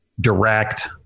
direct